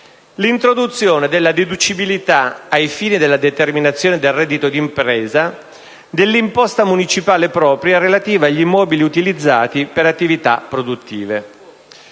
l'introduzione della deducibilità ai fini della determinazione del reddito di impresa dell'imposta municipale propria relativa agli immobili utilizzati per attività produttive.